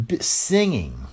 singing